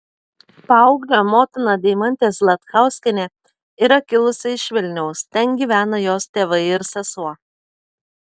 paauglio motina deimantė zlatkauskienė yra kilusi iš vilniaus ten gyvena jos tėvai ir sesuo